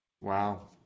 Wow